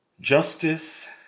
Justice